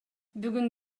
бүгүн